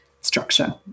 structure